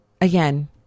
Again